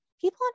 People